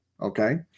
okay